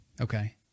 Okay